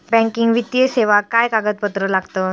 Banking वित्तीय सेवाक काय कागदपत्र लागतत?